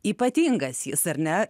ypatingas jis ar ne